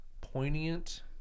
poignant